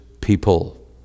people